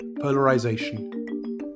polarization